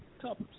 top